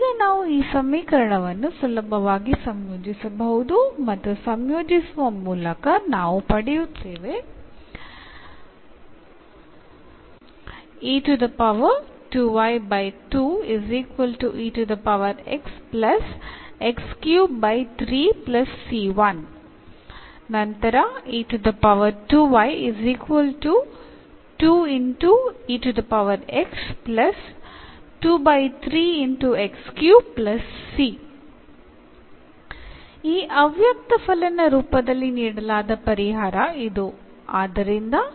ಈಗ ನಾವು ಈ ಸಮೀಕರಣವನ್ನು ಸುಲಭವಾಗಿ ಸಂಯೋಜಿಸಬಹುದು ಮತ್ತು ಸಂಯೋಜಿಸುವ ಮೂಲಕ ನಾವು ಪಡೆಯುತ್ತೇವೆ ಈ ಅವ್ಯಕ್ತಫಲನ ರೂಪದಲ್ಲಿ ನೀಡಲಾದ ಪರಿಹಾರ ಇದು